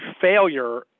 failure